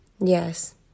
Yes